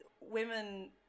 women